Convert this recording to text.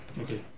Okay